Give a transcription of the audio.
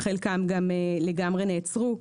חלקם גם לגמרי נעצרו.